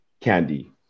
candy